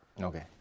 Okay